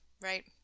Right